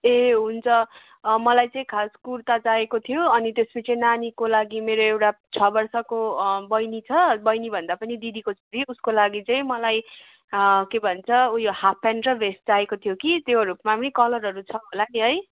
ए हुन्छ मलाई चाहिँ खास कुर्ता चाहिएको थियो अनि त्यसपछि नानीको लागि मेरो एउटा छ वर्षको बहिनी छ बहिनी भन्दा पनि दिदीको छोरी उसको लागि चाहिँ मलाई के भन्छ ऊ यो हाफपेन्ट र भेस्ट चाहिएको थियो कि त्योहरूमा पनि कलरहरू छ होला नि है